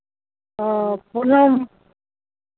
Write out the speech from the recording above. ᱟᱨ